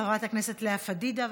חברת הכנסת לאה פדידה,